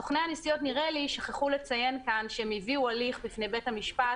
סוכני הנסיעות שכחו לציין פה שהם הביאו הליך בפני בית המשפט,